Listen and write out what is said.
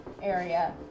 area